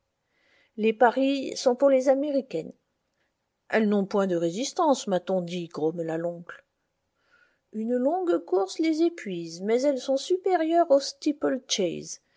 les paris sont pour les américaines elles n'ont point de résistance m'a-t-on dit grommela l'oncle une longue course les épuise mais elles sont supérieures au